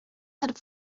had